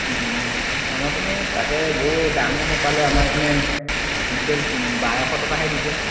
অঁ আমাৰপিনে এই তাকেই বৌ দামো নোপালোঁ আমাৰ এইপিনে কুইণ্টেল বাৰশ টকাহে দিছে